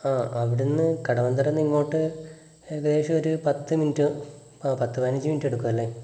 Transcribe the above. ആ അവിടുന്ന് കടവന്ത്രയിൽ നിന്ന് ഇങ്ങോട്ട് ഏകദേശം ഒരു പത്ത് മിനിറ്റ് ആ പത്ത്പതിനഞ്ച് മിനിറ്റ് എടുക്കും അല്ലേ